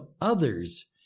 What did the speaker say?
others